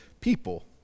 people